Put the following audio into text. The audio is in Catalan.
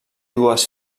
dues